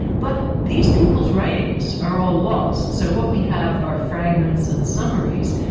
but these people's writings are all lost, so what we have are fragments and summaries,